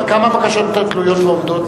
צה"ל אינו עושה